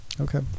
okay